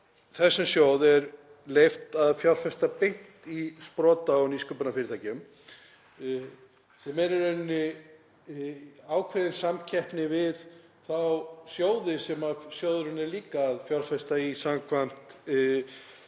þessum sjóði er leyft að fjárfesta beint í sprota- og nýsköpunarfyrirtækjum sem eru í rauninni ákveðin samkeppni við þá sjóði sem sjóðurinn er líka að fjárfesta í samkvæmt